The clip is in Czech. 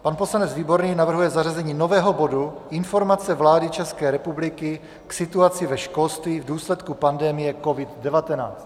Pan poslanec Výborný navrhuje zařazení nového bodu Informace vlády České republiky k situaci ve školství v důsledku pandemie COVID19.